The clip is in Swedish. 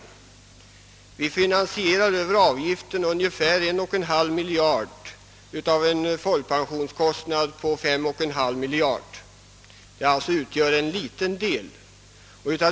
Över folkpensionsavgiften finansierar vi ungefär 1,5 miljard av en sammanlagd folkpensionskostnad på 5,5 miljarder kronor, alltså bara en mycket liten del.